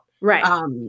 right